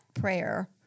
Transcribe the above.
prayer